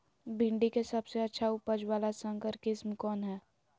भिंडी के सबसे अच्छा उपज वाला संकर किस्म कौन है?